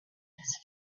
his